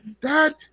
dad